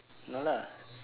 no lah